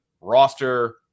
roster